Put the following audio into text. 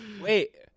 Wait